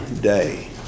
day